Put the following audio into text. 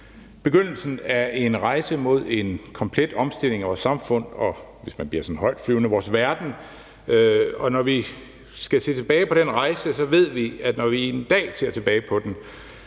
begyndelsen af en rejse mod en komplet omstilling af vores samfund, og, hvis man bliver sådan højtflyvende, vores verden, og når vi en dag skal se tilbage på den rejse, ved vi, at vi kan sammenligne den